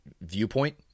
viewpoint